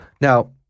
Now